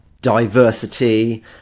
diversity